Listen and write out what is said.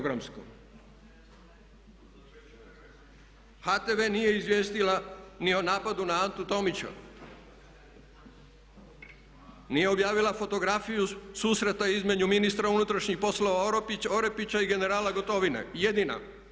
HTV nije izvijestila ni o napadu na Antu Tomića, nije objavila fotografiju susreta između ministra unutarnjih poslova Orepića i generala Gotovine jedina.